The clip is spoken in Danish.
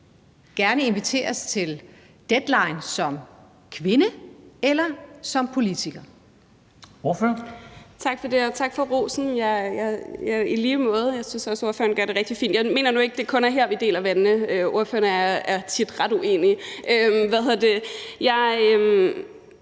gerne inviteres til Deadline som kvinde eller som politiker?